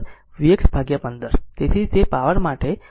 તેથી ix vx 15 તેથી તે પાવર માટે 7